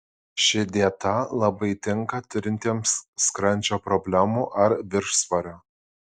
ši dieta labai tinka turintiems skrandžio problemų ar viršsvorio